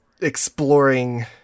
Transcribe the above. exploring